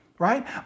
Right